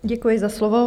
Děkuji za slovo.